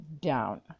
down